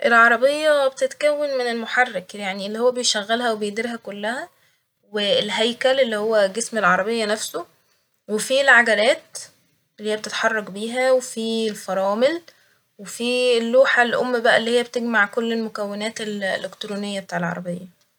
العربية بتتكون من المحرك يعني اللي هو بيشغلها وبيديرها كلها والهيكل اللي هو جسم العربية نفسه وفي العجلات اللي هي بتتحرك بيها وفي الفرامل وفي اللوحة الأم بقى اللي هي بتجمع كل المكونات ال- الالكترونية بتاع العربية